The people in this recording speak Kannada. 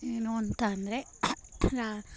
ಏನು ಅಂತ ಅಂದರೆ ರಾ